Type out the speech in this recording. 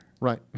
Right